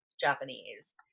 Japanese